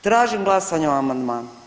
Tražim glasanje o amandmanu.